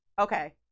Okay